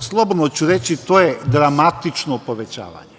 slobodno ću reći, to je dramatično povećavanje.